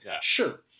Sure